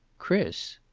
chris!